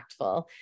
impactful